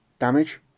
damage